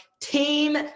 Team